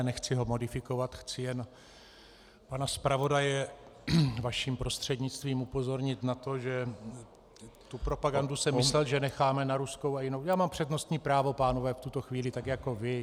Nechci ho modifikovat, chci jen pana zpravodaje vaším prostřednictvím upozornit na to, že tu propagandu jsem myslel, že necháme já mám přednostní právo, pánové v tuto chvíli, tak jako vy.